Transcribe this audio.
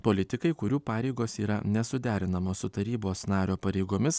politikai kurių pareigos yra nesuderinamos su tarybos nario pareigomis